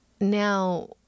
Now